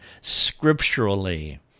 scripturally